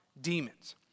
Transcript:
Demons